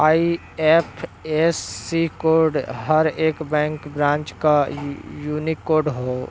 IFSC code हर एक bank branch क यूनिक कोड हौ